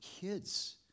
kids